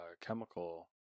chemical